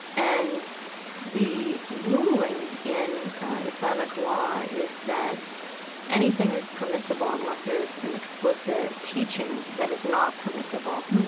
and the ruling in islamic law is that anything is permissible unless there is an explicit teaching that it's not permissible.